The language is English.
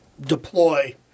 deploy